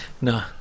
no